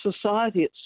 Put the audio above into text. society